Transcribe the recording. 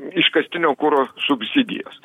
iškastinio kuro subsidijos